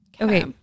Okay